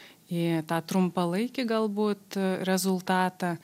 į tą trumpalaikį galbūt rezultatą